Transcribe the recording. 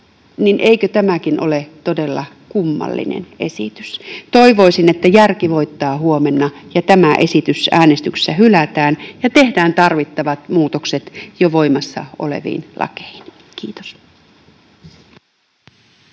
Eikö tämäkin ole todella kummallinen esitys? Toivoisin, että järki voittaa huomenna ja tämä esitys äänestyksessä hylätään ja tehdään tarvittavat muutokset jo voimassa oleviin lakeihin. — Kiitos.